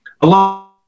Allah